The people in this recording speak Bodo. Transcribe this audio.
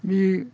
बे